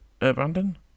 Abandon